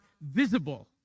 visible